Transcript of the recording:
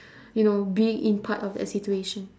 you know being in part of that situation